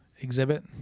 exhibit